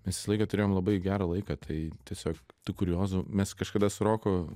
mes visą laiką turėjom labai gerą laiką tai tiesiog tų kuriozų mes kažkada su roku